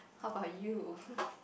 how about you